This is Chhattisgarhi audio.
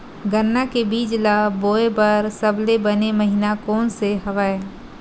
गन्ना के बीज ल बोय बर सबले बने महिना कोन से हवय?